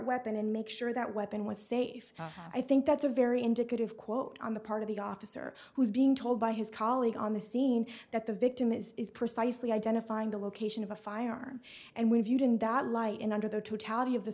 weapon and make sure that weapon was safe i think that's a very indicative quote on the part of the officer who's being told by his colleagues on the scene that the victim is is precisely identifying the location of a firearm and we viewed in that light and under the t